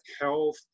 health